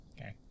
Okay